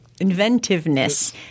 inventiveness